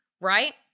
right